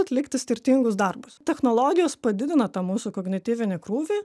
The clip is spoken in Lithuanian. atlikti skirtingus darbus technologijos padidina tą mūsų kognityvinį krūvį